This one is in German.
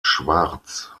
schwarz